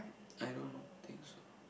I don't think so